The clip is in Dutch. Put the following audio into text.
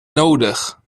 nodig